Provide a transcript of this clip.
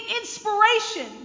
inspiration